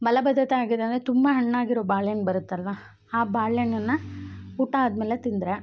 ಮಲಬದ್ಧತೆ ಆಗಿದೆ ಅಂದರೆ ತುಂಬ ಹಣ್ಣಾಗಿರೋ ಬಾಳೆಹಣ್ಣು ಬರುತ್ತಲ್ವಾ ಆ ಬಾಳೆಹಣ್ಣನ್ನು ಊಟ ಆದಮೇಲೆ ತಿಂದರೆ